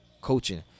coaching